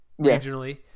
Regionally